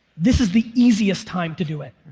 this is the easiest time to do it.